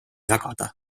jagada